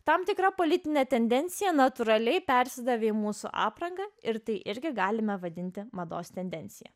tam tikra politinė tendencija natūraliai persidavė mūsų apranga ir tai irgi galime vadinti mados tendencija